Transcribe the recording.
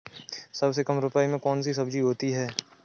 सबसे कम रुपये में कौन सी सब्जी होती है?